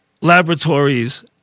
laboratories